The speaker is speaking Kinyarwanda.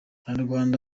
abanyarwanda